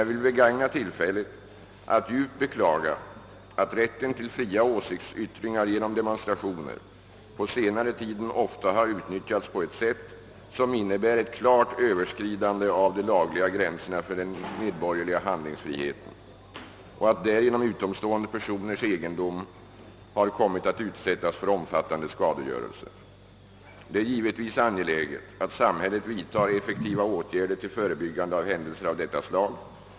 Jag vill emellertid begagna detta tillfälle att djupt beklaga att rätten till fria åsiktsyttringar genom demonstrationer på senare tid ofta har utnyttjats på ett sätt som innebär ett klart överskridande av de lagliga gränserna för den medborgerliga handlingsfriheten och att därigenom utomstående personers egendom har kommit att utsättas för omfattande skadegörelse. Det är givetvis angeläget att samhället vidtar effektiva åtgärder till förebyggande av händelser av detta slag.